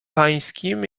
pańskim